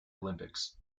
olympics